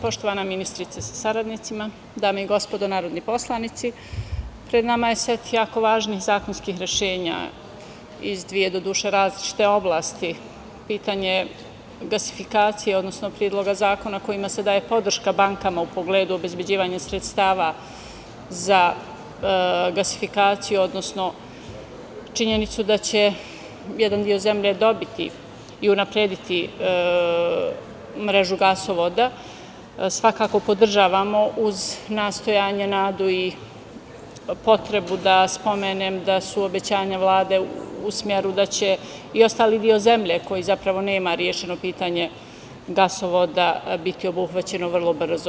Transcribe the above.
Poštovana ministrice sa saradnicima, dame i gospodo narodni poslanici, pred nama je set jako važnih zakonskih rešenja iz dve do duše različite oblasti, pitanje gasifikacije, odnosno Predloga zakona kojima se daje podrška bankama u pogledu obezbeđivanja sredstava za gasifikaciju, odnosno činjenicu da će jedan deo zemlje dobiti i unaprediti mrežu gasovoda, svakako podržavamo, uz nastojanje, nadu i potrebu da spomenem da su obećanja Vlade u smeru da će i ostali deo zemlje koji zapravo nema rešenje pitanje gasovoda biti obuhvaćeno vrlo brzo.